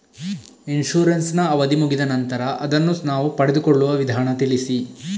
Insurance ನ ಅವಧಿ ಮುಗಿದ ನಂತರ ಅದನ್ನು ನಾವು ಪಡೆದುಕೊಳ್ಳುವ ವಿಧಾನ ತಿಳಿಸಿ?